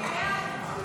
45 בעד, 54 נגד.